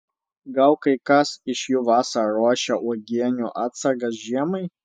gal kai kas iš jų vasarą ruošia uogienių atsargas žiemai